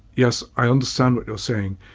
yes, i understand what you're saying,